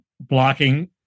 blocking